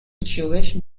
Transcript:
jewish